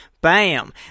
bam